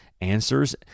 answers